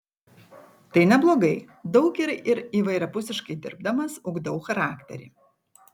tai neblogai daug ir įvairiapusiškai dirbdamas ugdau charakterį